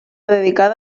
dedicada